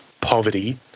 poverty